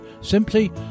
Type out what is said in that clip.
Simply